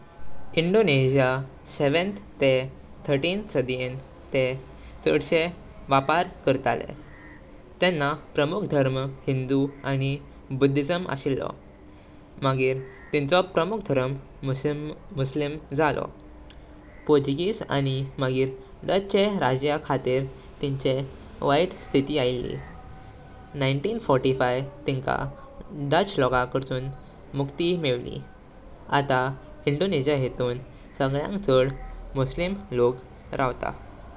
Indonesia सातवीं ते तेरावी सदींयें ते छडशे वापर करताले। तेन्ना प्रमुख धरम हिंदू आनी बौद्ध धरम अशिल्लो। मगिर तिंचो प्रमुख धरम मुस्लिम झालो। पोर्तुगुज आनी मगिर डच्चे राज्य खातीर तिंचे वायात स्थिथी आइल्ली। एकोणीस शे पञ्चेचाळीस तिंका डच लोकांचें मुक्ति मेवली। आतां इंडोनेशिया ह्ये थांव सांऴयक छड मुस्लिम लोक राहतात।